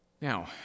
Now